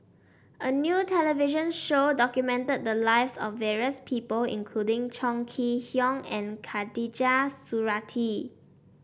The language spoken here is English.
a new television show documented the lives of various people including Chong Kee Hiong and Khatijah Surattee